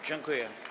Dziękuję.